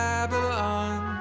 Babylon